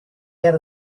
had